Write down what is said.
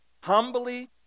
humbly